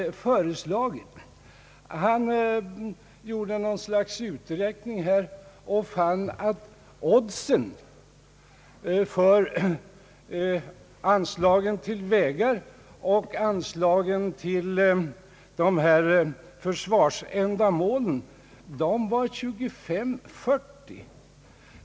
Herr Birger Andersson gjorde nämligen något slags uträkning och fann att oddsen för anslagen till vägar och anslagen till försvarsändamål var 25—40.